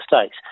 states